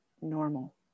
normal